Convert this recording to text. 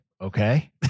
okay